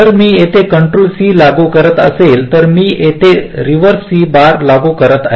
जर मी येथे कंट्रोल C लागू करत असेल तर मी येथे रिव्हर्स C बार लागू करत आहे